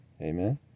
Amen